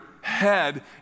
head